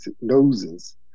noses